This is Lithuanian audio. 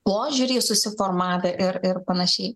požiūrį susiformavę ir panašiai